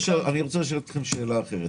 אני רוצה לשאול שאלה אחרת.